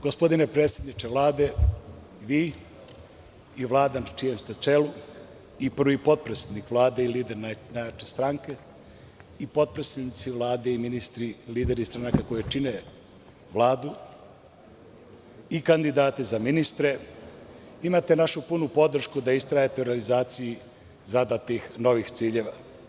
Gospodine predsedniče Vlade, vi i Vlada na čijem ste čelu, prvi potpredsednik Vlade, lider najjače stranke, potpredsednici Vlade i ministri, lideri stranaka koji čine Vladu, kandidati za ministre, imate našu punu podršku da istrajete u realizaciji zadatih novih ciljeva.